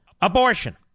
abortion